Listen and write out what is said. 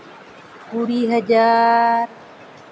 ᱠᱩᱲᱤ ᱦᱟᱡᱟᱨ